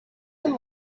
them